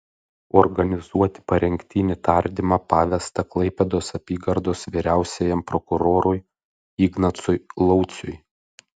organizuoti parengtinį tardymą pavesta klaipėdos apygardos vyriausiajam prokurorui ignacui lauciui